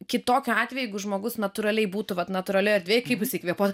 kitokiu atveju jeigu žmogus natūraliai būtų vat natūralioj erdvėj kaip jisai kvėpuotų